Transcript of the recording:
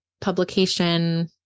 publication